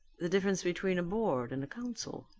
the difference between a board and a council.